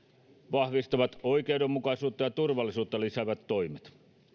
vahvistavat oikeudenmukaisuutta ja turvallisuutta lisäävät toimet